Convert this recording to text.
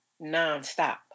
nonstop